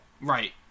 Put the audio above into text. Right